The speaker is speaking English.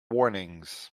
warnings